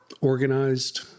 organized